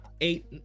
eight